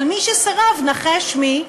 אבל מי שסירב, נחש מי?